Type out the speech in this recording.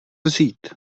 vzít